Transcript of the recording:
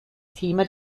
thema